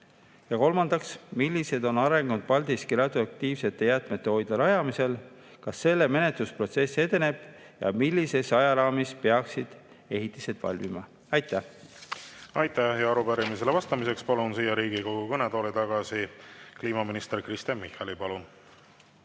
Kolmandaks, millised on arengud Paldiski radioaktiivsete jäätmete hoidla rajamisel, kas menetlusprotsess edeneb ja millises ajaraamis peaksid ehitised valmima? Aitäh! Aitäh! Arupärimisele vastamiseks palun Riigikogu kõnetooli tagasi kliimaminister Kristen Michali.